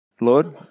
Lord